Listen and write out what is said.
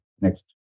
Next